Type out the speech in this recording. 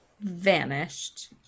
vanished